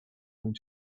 going